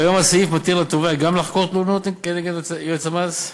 כיום הסעיף מתיר לתובע גם לחקור תלונות כנגד יועץ המס.